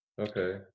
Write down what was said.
Okay